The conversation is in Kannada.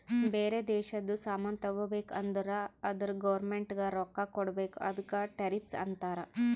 ಬೇರೆ ದೇಶದು ಸಾಮಾನ್ ತಗೋಬೇಕು ಅಂದುರ್ ಅದುರ್ ಗೌರ್ಮೆಂಟ್ಗ ರೊಕ್ಕಾ ಕೊಡ್ಬೇಕ ಅದುಕ್ಕ ಟೆರಿಫ್ಸ್ ಅಂತಾರ